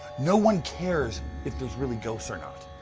no one cares if there's really ghosts or not.